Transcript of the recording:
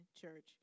church